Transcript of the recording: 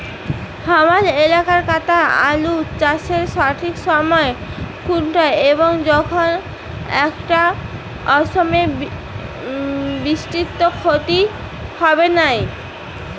হামার এলাকাত আলু চাষের সঠিক সময় কুনটা যখন এইটা অসময়ের বৃষ্টিত ক্ষতি হবে নাই?